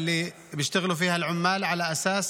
אולי חלק מחברי הכנסת כאן שהיום עלו פה